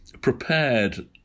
prepared